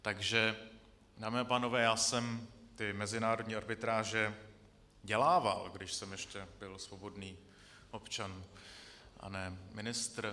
Takže dámy a pánové, já jsem mezinárodní arbitráže dělával, když jsem ještě byl svobodný občan a ne ministr.